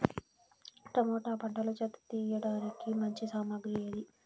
Tomato పంటలో చెత్త తీయడానికి మంచి సామగ్రి ఏది?